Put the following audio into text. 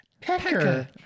Pecker